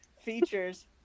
features